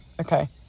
okay